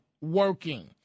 working